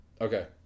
Okay